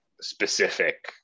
specific